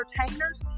entertainers